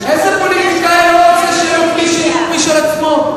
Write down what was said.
איזה פוליטיקאי לא רוצה שיהיה לו כלי שידור משל עצמו?